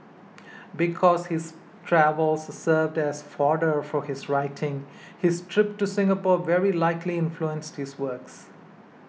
because his travels served as fodder for his writing his trip to Singapore very likely influenced his works